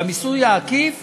במיסוי העקיף